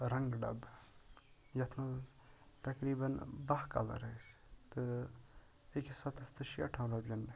رَنٛگہٕ ڈَبہٕ یتھ مَنٛز تَقریبن بہہ کَلَر ٲسۍ تہٕ أکِس ہَتَس تہٕ شیٹھَن رۄپیَن